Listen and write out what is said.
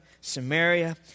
Samaria